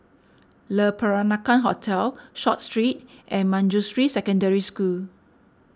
Le Peranakan Hotel Short Street and Manjusri Secondary School